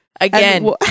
again